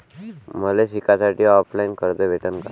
मले शिकासाठी ऑफलाईन कर्ज भेटन का?